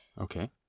Okay